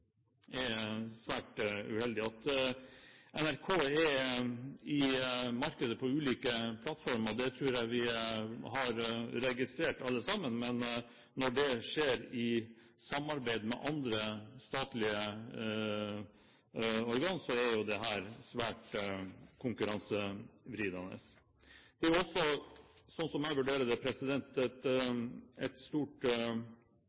jeg er svært uheldig. At NRK er i markedet på ulike plattformer, tror jeg vi har registrert alle sammen, men når det skjer i samarbeid med andre statlige organ, er dette svært konkurransevridende. Det er også, slik jeg vurderer det, et